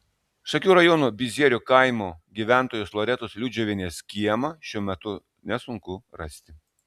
šakių rajono bizierių kaimo gyventojos loretos liudžiuvienės kiemą šiuo metu nesunku rasti